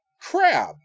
Crab